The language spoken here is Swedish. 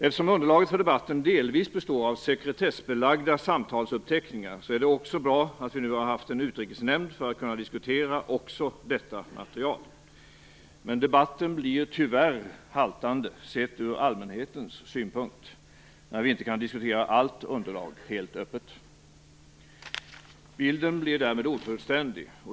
Eftersom underlaget för debatten delvis består av sekretessbelagda samtalsuppteckningar är det också bra att vi nu har haft ett sammanträde med utrikesnämnden för att kunna diskutera också detta material. Men debatten blir tyvärr haltande sett ur allmänhetens synpunkt när vi inte kan diskutera allt underlag helt öppet. Bilden blir därmed ofullständig.